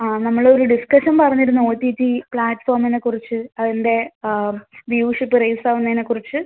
ആ നമ്മളൊരു ഡിസ്കഷൻ പറഞ്ഞിരുന്നു ഒ ടി ടി പ്ലാറ്റ്ഫോമിനെക്കുറിച്ച് അതിൻ്റെ ആ വ്യൂഷിപ്പ് റേസാവുന്നതിനെക്കുറിച്ച്